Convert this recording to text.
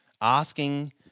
Asking